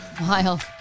wild